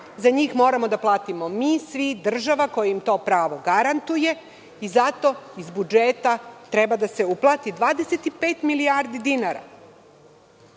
Za njih moramo da platimo mi svi, država koja to pravo garantuje. Zato iz budžeta treba da se uplati 25 milijardi dinara. Moja